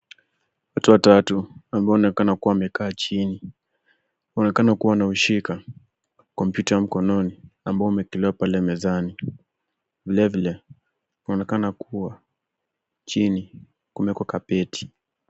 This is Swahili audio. Watu watatu ambao wanaonekana kuwa wamekaa chini. Wanaonekana kuwa wanaushika kompyuta mkononi ambao umewekelewa pale mezani. Vilevile, inaonekana kuwa chini kumewekwa kapeti.